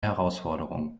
herausforderung